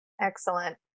Excellent